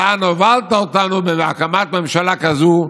לאן הובלת אותנו בהקמת ממשלה כזו,